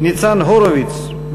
ניצן הורוביץ,